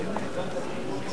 אפשר להוריד את הקירור קצת?